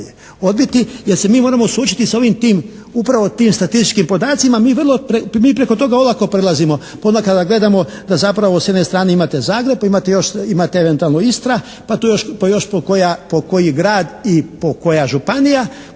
odbiti jer se mi moramo suočiti sa ovim tim upravo tim statističkim podacima. Mi preko toga olako prelazimo, pa onda kada gledamo da zapravo s jedne strane imate Zagreb, pa imate eventualno Istra, pa tu još po koji grad i po koja županija